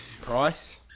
Price